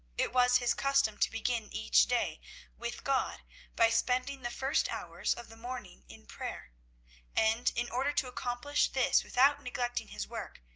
it was his custom to begin each day with god by spending the first hours of the morning in prayer and, in order to accomplish this without neglecting his work,